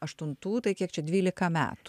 aštuntų tai kiek čia dvylika metų